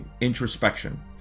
introspection